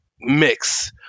mix